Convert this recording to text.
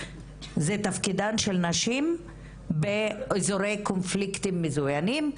זה תפקידן של נשים באיזורי קונפליקטים מזויינים.